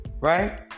right